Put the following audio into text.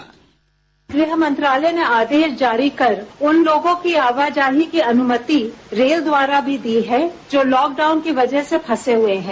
bite गृहमंत्रालय ने आदेश जारी कर उन लोगों की आवाजाही की अनुमति रेल द्वारा भी दी है जो लॉकडाउन की वजह से फसे हुए हैं